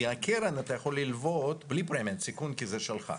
מהקרן אתה יכול לוות בלי פרמיית סיכון כי זה שלך.